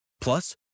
Plus